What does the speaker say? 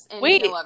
Wait